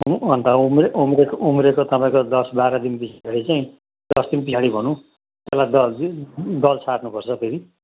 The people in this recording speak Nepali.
अन्त उम्रे उम्रेको उम्रेको तपाईँको दस बाह्र दिन पछाडि चाहिँ दस दिन पछाडि भनौँ त्यसलाई दस दिन दल सार्नु पर्छ फेरि